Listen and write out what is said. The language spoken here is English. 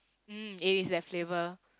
mm eh it is that flavour